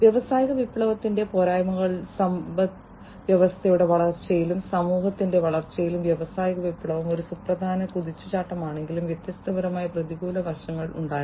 വ്യാവസായിക വിപ്ലവത്തിന്റെ പോരായ്മകൾ സമ്പദ്വ്യവസ്ഥയുടെ വളർച്ചയിലും സമൂഹത്തിന്റെ വളർച്ചയിലും വ്യാവസായിക വിപ്ലവം ഒരു സുപ്രധാന കുതിച്ചുചാട്ടമായിരുന്നെങ്കിലും വ്യത്യസ്തമായ പ്രതികൂല വശങ്ങൾ ഉണ്ടായിരുന്നു